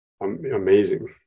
amazing